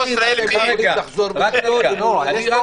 --- יש פה